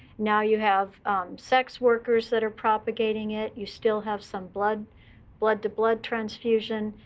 now you have sex workers that are propagating it. you still have some but blood-to-blood transfusion.